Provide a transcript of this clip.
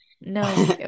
No